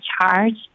charge